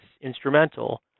instrumental